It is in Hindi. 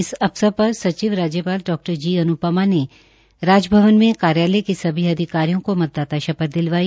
इस अवसर पर सचिव राज्यपाल डा जी अन्पमा ने राजभवन में कार्यालय के सभी अधिकारियोंकर्मचारियों को मतदाता शपथ दिवलाई